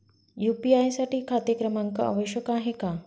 UPI साठी खाते क्रमांक आवश्यक आहे का?